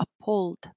appalled